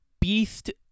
Beast